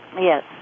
Yes